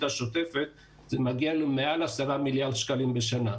השוטפת שמגיעה למעל 10 מיליארד שקלים בשנה,